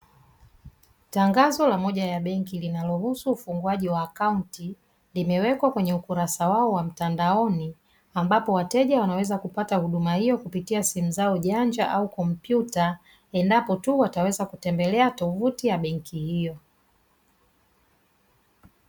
Tangazo la moja ya benki linalohusu ufunguaji wa akaunti, limewekwa kwenye ukurasa wao wa mtandaoni, ambapo wateja wanaweza kupata huduma hiyo kupitia simu zao janja au kompyuta, endapo tu wataweza kutembelea tovuti ya benki hiyo.